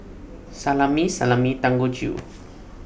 Salami Salami and Dangojiru